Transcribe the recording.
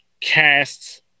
casts